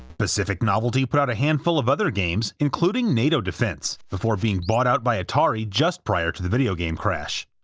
pacific novelty put out a handful of other games, including nato defense, before being bought out by atari, just prior to the video game crash.